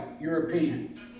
European